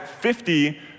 50